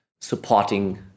supporting